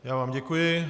Já vám děkuji.